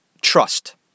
Trust